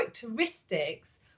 characteristics